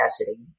capacity